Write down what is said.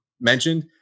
mentioned